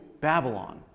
Babylon